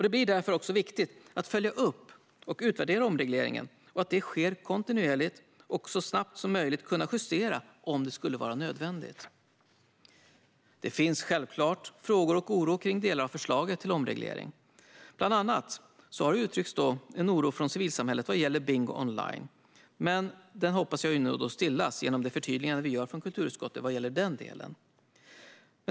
Det blir därför också viktigt att följa upp och utvärdera omregleringen och att detta sker kontinuerligt för att vi så snabbt som möjligt ska kunna justera om det skulle bli nödvändigt. Det finns självklart frågor och oro när det gäller delar av förslaget till omreglering. Bland annat har det uttryckts oro från civilsamhället vad gäller bingo online, men jag hoppas att den oron nu stillas genom det förtydligande vi gör från kulturutskottet i just den delen.